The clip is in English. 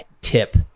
tip